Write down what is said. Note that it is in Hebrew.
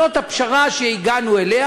זאת הפשרה שהגענו אליה.